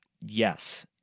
Yes